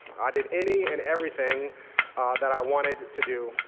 i did any and everything that i wanted to do.